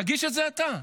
תגיש את זה אתה,